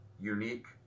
unique